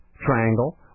Triangle